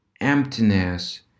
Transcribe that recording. emptiness